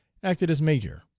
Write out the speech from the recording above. acted as major.